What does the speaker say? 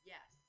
Yes